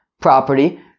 property